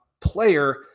player